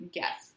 Guess